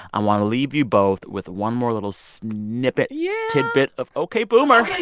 i want to leave you both with one more little snippet. yeah. tidbit of ok, boomer